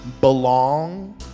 BELONG